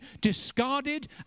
discarded